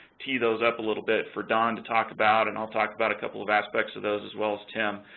tee those up a little bit for don to talk about, and i'll talk about a couple of aspects of those, as well as tim.